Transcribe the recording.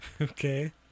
okay